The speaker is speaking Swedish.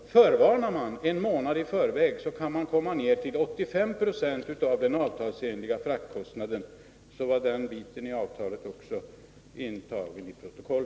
Underrättar man en månad i förväg om en inställd transport, kan man komma ned till 85 26 av den avtalsenliga fraktkostnaden. Därmed är den biten av avtalet också intagen i riksdagens protokoll.